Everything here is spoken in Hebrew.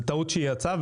זו טעות שהיא יצאה.